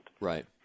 Right